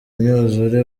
imyuzure